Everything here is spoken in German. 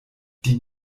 die